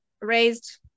raised